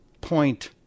point